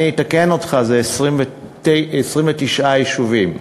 אני אתקן אותך, זה 29 יישובים.